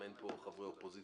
אין הצעת חוק המקרקעין (תיקון מס' 34)